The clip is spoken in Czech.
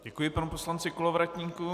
Děkuji panu poslanci Kolovratníkovi.